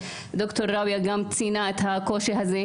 שד"ר ראוויה ציינה את הקושי הזה.